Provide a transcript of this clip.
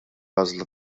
għażla